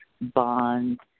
bond